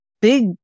big